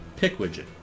pickWidget